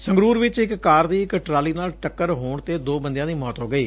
ਸੰਗਰੂਰ ਚ ਇਕ ਕਾਰ ਦੀ ਇਕ ਟਰਾਲੀ ਨਾਲ ਟਕੱਰ ਹੋਣ ਤੇ ਦੋ ਬੰਦਿਆਂ ਦੀ ਮੌਤ ਹੋ ਗਈ